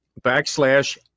backslash